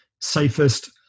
safest